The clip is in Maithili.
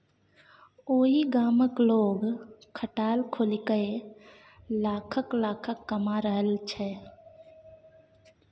ओहि गामक लोग खटाल खोलिकए लाखक लाखक कमा रहल छै